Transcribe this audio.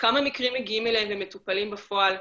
כמה מקרים מגיעים אליהם ומטופלים בפועל?